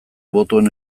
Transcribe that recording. botoen